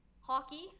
hockey